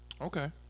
Okay